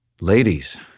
Ladies